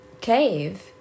cave